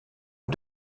est